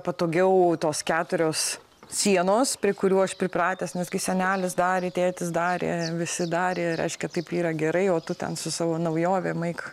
patogiau tos keturios sienos prie kurių aš pripratęs nes kai senelis darė tėtis darė visi darė reiškia taip yra gerai o tu ten su savo naujovėm eik